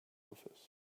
office